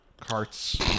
Carts